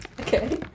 Okay